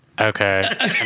Okay